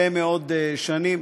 הצעת חוק שעמלים עליה הרבה מאוד שנים.